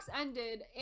ended